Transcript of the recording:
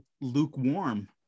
lukewarm